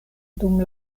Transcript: dum